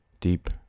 deep